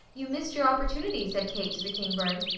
you missed your opportunity! said kate to the kingbird.